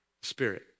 spirit